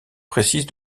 précise